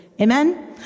Amen